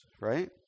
right